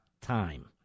time